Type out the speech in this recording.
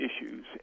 issues